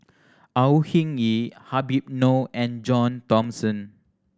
Au Hing Yee Habib Noh and John Thomson